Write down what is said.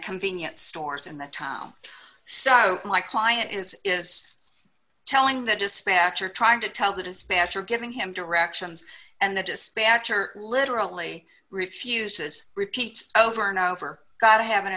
convenience stores in the tom so my client is is telling the dispatcher trying to tell the dispatcher giving him directions and the dispatcher literally refuses repeat over and over gotta have an